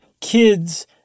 kids